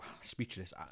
speechless